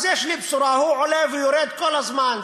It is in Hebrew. אז יש לי בשורה: הוא עולה ויורד כל הזמן.